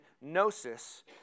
gnosis